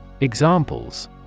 Examples